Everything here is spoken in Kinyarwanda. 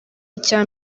icya